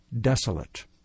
desolate